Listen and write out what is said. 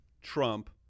Trump